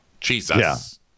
Jesus